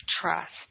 trust